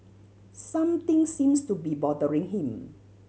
something seems to be bothering him